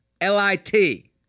L-I-T